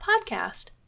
podcast